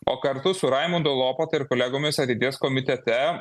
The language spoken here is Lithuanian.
o kartu su raimundu lopata ir kolegomis ateities komitete